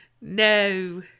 No